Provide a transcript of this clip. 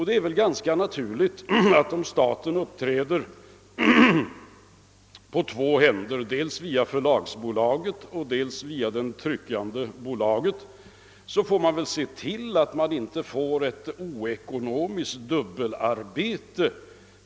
Det är väl ganska naturligt att om staten uppträder på två händer — dels via förlagsbolaget och dels via det tryckande bolaget — får man se till att dessa båda företag inte utför ett oekonomiskt dubbelarbete.